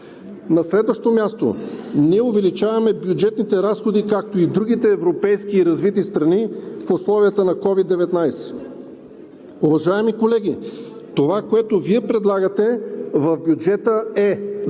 На следващо място, ние увеличаваме бюджетните разходи, както и другите европейски и развити страни в условията на COVID-19. Уважаеми колеги, това, което предлагате Вие в бюджета, е: